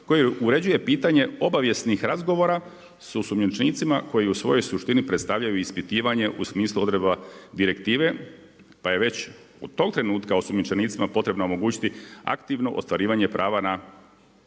koji uređuje pitanje obavijesnih razgovora sa osumnjičenicama koji u svojoj suštini predstavljaju ispitivanje u smislu odredaba direktive, pa je već od tog trenutka osumnjičenicima potrebno omogućiti aktivno ostvarivanje prava na